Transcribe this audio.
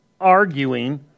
arguing